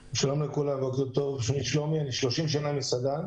שלומי, אני 30 שנה מסעדן